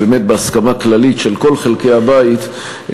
ובהסכמה כללית של כל חלקי הבית,